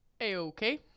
A-okay